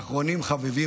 ואחרונים חביבים,